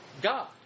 God